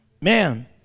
Man